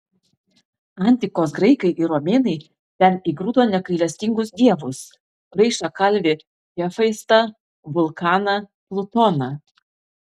antikos graikai ir romėnai ten įgrūdo negailestingus dievus raišą kalvį hefaistą vulkaną plutoną